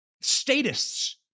statists